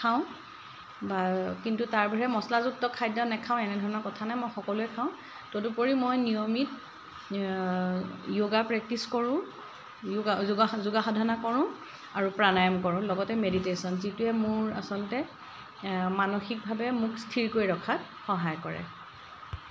খাওঁ বা কিন্তু তাৰ বাহিৰে মছলাযুক্ত খাদ্য নেখাওঁ এনেধৰণৰ কথা নাই মই সকলোৱে খাওঁ তদুপৰি মই নিয়মিত য়োগা প্ৰেক্টিচ কৰোঁ য়োগা যোগা যোগাসাধনা কৰোঁ আৰু প্ৰাণায়ম কৰোঁ লগতে মেডিটেশ্যন যিটোৱে মোৰ আচলতে মানসিকভাৱে মোক স্থিৰ কৰি ৰখাত সহায় কৰে